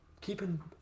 keeping